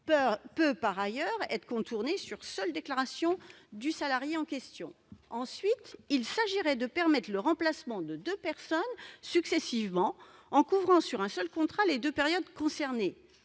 peut par ailleurs être contournée sur seule déclaration du salarié en cause. Il s'agirait ensuite de permettre le remplacement de deux personnes employées successivement, en couvrant par un seul contrat les deux périodes concernées.